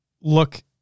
look